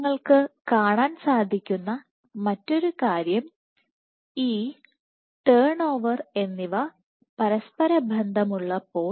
നിങ്ങൾക്ക് കാണാൻ സാധിക്കുന്ന മറ്റൊരു കാര്യം E ടേൺ ഓവർ എന്നിവ പരസ്പര ബന്ധമുള്ളപ്പോൾ